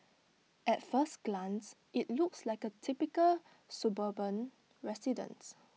at first glance IT looks like A typical suburban residence